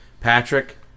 Patrick